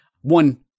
one